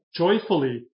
joyfully